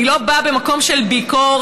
אני לא באה ממקום של ביקורת,